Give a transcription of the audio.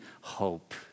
hope